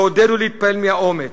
לעודד ולהתפעל מהאומץ,